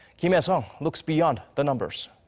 kim hyesung looks beyond the numbers.